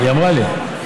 היא אמרה לי.